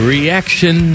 Reaction